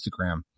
Instagram